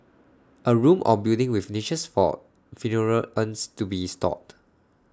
A room or building with niches for funeral urns to be stored